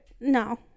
No